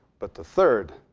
but the third,